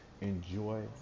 enjoy